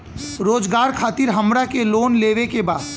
रोजगार खातीर हमरा के लोन लेवे के बा?